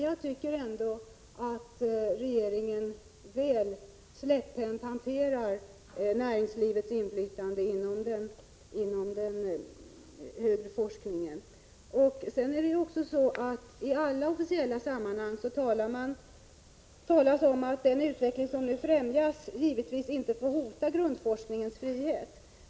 Jag tycker att regeringen väl släpphänt hanterar näringslivets inflytande inom den högre forskningen. Talla officiella sammanhang talas det om att den utveckling som nu främjas givetvis inte får hota grundforskningens frihet.